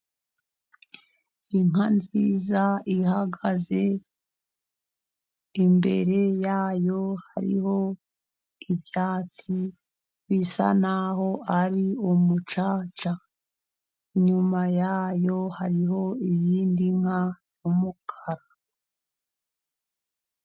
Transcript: Inka nziza ihagaze imbere yayo hariho ibyatsi bisa naho ari umucaca, inyuma yayo hariho iyindi nka y'umukara.